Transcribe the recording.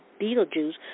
Beetlejuice